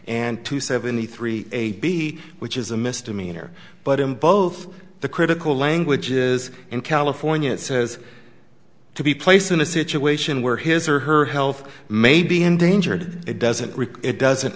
and two seventy three a b which is a misdemeanor but in both the critical languages in california it says to be placed in a situation where his or her health may be endangered it doesn't require it doesn't